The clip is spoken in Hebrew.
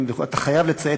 אתה חייב לציית.